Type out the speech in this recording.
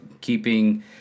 keeping